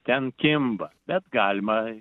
ten kimba bet galima